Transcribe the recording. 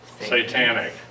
Satanic